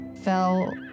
fell